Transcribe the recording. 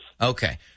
Okay